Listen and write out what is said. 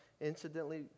incidentally